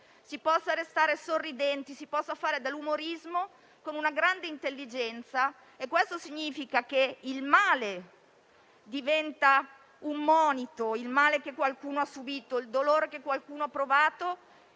si possa restare sorridenti e fare dell'umorismo con una grande intelligenza. Questo significa che il male diventa un monito (il male che qualcuno ha subito e il dolore che qualcuno ha provato)